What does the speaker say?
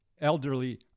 elderly